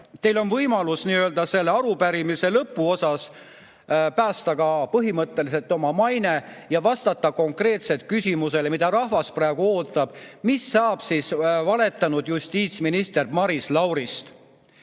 teil on võimalus selle arupärimise [käsitlemise] lõpuosas päästa põhimõtteliselt oma maine ja vastata konkreetselt küsimusele, mida rahvas praegu ootab: mis saab valetanud justiitsminister Maris Laurist?